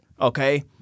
okay